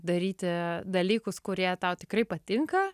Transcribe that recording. daryti dalykus kurie tau tikrai patinka